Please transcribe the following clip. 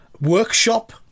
workshop